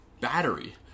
battery